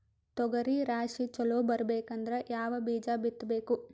ತೊಗರಿ ರಾಶಿ ಚಲೋ ಬರಬೇಕಂದ್ರ ಯಾವ ಬೀಜ ಬಿತ್ತಬೇಕು?